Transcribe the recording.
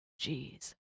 Jeez